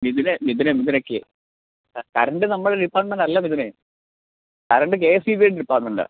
മിഥുനേ മിഥുനേ മിഥുനേ കേ ആ കറണ്ട് നമ്മുടെ ഡിപ്പാർട്ട്മെൻറ് അല്ല മിഥുനേ കറണ്ട് കെ എസ് ഇ ബിയുടെ ഡിപ്പാർട്ട്മെൻറ് ആണ്